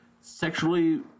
sexually